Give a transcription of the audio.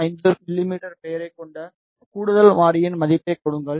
5 மிமீ பெயரைக் கொண்ட கூடுதல் மாறியின் மதிப்பைக் கொடுங்கள்